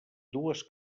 dues